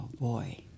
boy